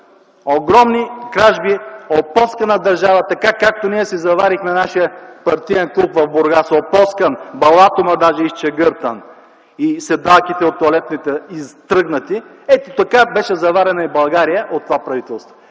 Огромни кражби, опоскана държава, така както ние заварихме нашия партиен клуб в Бургас – опоскан, балатумът даже изчегъртан и седалките от тоалетните изтръгнати. Ето така беше заварена и България от това правителство.